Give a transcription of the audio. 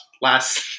last